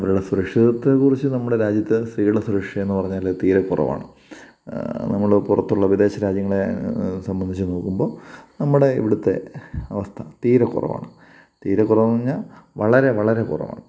അവരുടെ സുരക്ഷിതത്വത്തെ കുറിച്ച് നമ്മുടെ രാജ്യത്ത് സ്ത്രീകളുടെ സുരക്ഷയെന്ന് പറഞ്ഞാൽ തീരെ കുറവാണ് നമ്മൾ പുറത്തുള്ള വിദേശരാജ്യങ്ങളെ സംബന്ധിച്ച് നോക്കുമ്പോൾ നമ്മുടെ ഇവിടുത്തെ അവസ്ഥ തീരെ കുറവാണ് തീരെ കുറവാണെന്ന് പറഞ്ഞാൽ വളരെ വളരെ കുറവാണ്